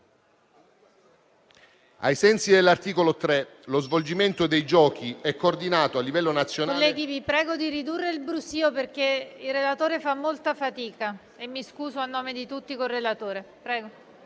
Ai sensi dell'articolo 3, lo svolgimento dei giochi è coordinato a livello nazionale...